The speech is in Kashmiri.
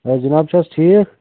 ہے جِناب چھِ حظ ٹھیٖک